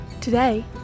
Today